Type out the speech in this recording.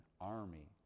army